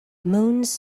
moons